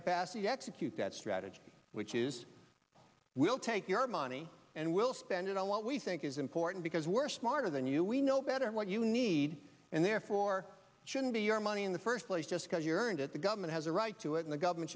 capacity to execute that strategy which is we'll take your money and we'll spend it on what we think is important because we're smarter than you we know better what you need and therefore shouldn't be your money in the first place just because your and at the government has a right to it and the government